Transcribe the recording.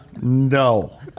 No